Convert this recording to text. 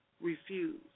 refuse